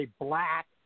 black